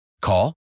Call